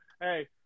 hey